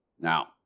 Now